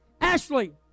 Ashley